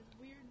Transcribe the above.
Weird